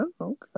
okay